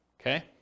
Okay